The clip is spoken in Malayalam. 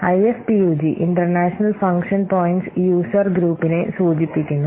IFPUG international function points user ഗ്രൂപ്പിനെ സൂചിപ്പിക്കുന്നു